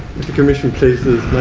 the commission pleases,